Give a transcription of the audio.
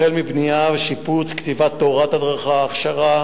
החל מבנייה ושיפוץ, כתיבת תורת הדרכה, הכשרה.